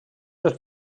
els